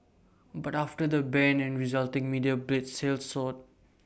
but after the ban and resulting media blitz sales soared